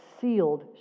sealed